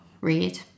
read